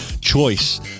choice